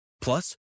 Plus